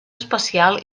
espacial